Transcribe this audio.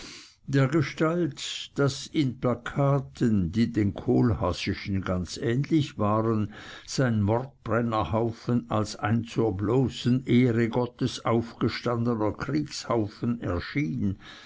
dergestalt daß in plakaten die den kohlhaasischen ganz ähnlich waren sein mordbrennerhaufen als ein zur bloßen ehre gottes aufgestandener kriegshaufen erschien